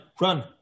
run